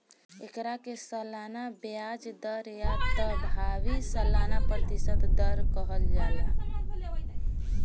एकरा के सालाना ब्याज दर या त प्रभावी सालाना प्रतिशत दर कहल जाला